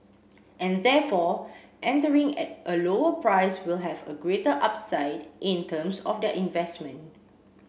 and therefore entering at a lower price will have a greater upside in terms of their investment